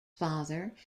father